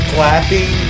Clapping